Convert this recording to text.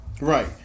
Right